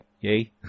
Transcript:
yay